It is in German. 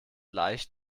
leicht